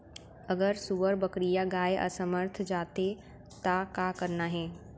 अगर सुअर, बकरी या गाय असमर्थ जाथे ता का करना हे?